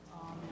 amen